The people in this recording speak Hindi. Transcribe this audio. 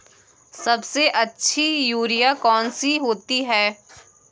सबसे अच्छी यूरिया कौन सी होती है?